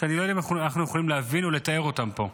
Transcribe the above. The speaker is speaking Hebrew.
שאני לא יודע אם אנחנו יכולים להבין ולתאר אותם פה.